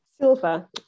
Silver